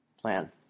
plan